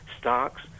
stocks